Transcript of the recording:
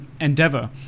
endeavor